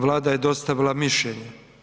Vlada je dostavila mišljenje.